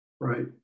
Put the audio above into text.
Right